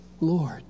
Lord